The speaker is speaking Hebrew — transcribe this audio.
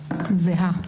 בסוף התהליך לא יוצאת זהה.